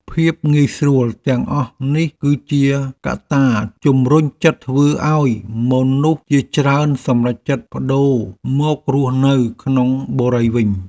ភាពងាយស្រួលទាំងអស់នេះគឺជាកត្តាជម្រុញចិត្តធ្វើឱ្យមនុស្សជាច្រើនសម្រេចចិត្តប្តូរមករស់នៅក្នុងបុរីវិញ។